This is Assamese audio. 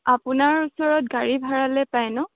আপোনাৰ ওচৰত গাড়ী ভাড়ালৈ পায় ন